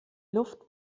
luft